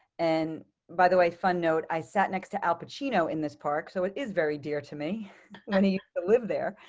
and by the way, fun note i sat next to al pacino in this park. so it is very dear to me any live there.